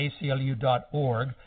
ACLU.org